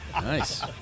Nice